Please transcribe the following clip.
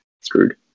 screwed